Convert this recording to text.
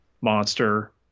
monster